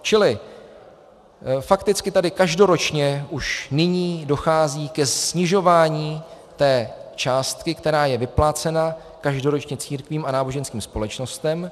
Čili fakticky tady každoročně už nyní dochází ke snižování té částky, která je vyplácena každoročně církvím a náboženským společnostem.